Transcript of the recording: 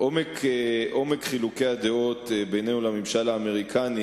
עומק חילוקי הדעות בינינו לבין הממשל האמריקני,